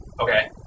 Okay